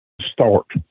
start